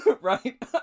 Right